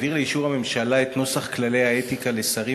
העביר לאישור הממשלה את נוסח כללי האתיקה לשרים